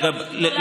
תהיה כמות גדולה.